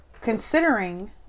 considering